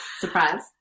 Surprise